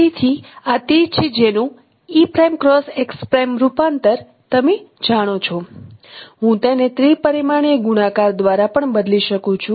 તેથી આ તે છે જેનું રૂપાંતર તમે જાણો છો હું તેને ત્રિ પરિમાણીય ગુણાકાર દ્વારા પણ બદલી શકું છું